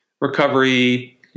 recovery